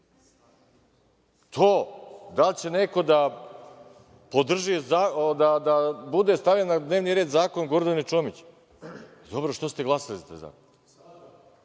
da li će neko da podrži, da bude stavljen na dnevni red zakon Gordane Čomić, dobro, što ste glasali za taj zakon,